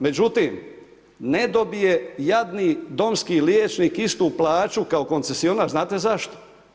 Međutim, ne dobije jadni domski liječnik istu plaću kao koncesionar znate zašto?